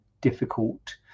difficult